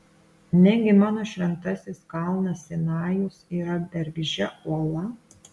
negi mano šventasis kalnas sinajus yra bergždžia uola